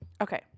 Okay